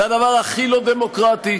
זה הדבר הכי לא דמוקרטי.